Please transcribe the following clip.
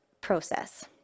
process